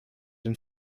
den